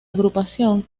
agrupación